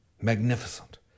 Magnificent